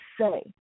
say